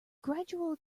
gradual